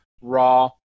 raw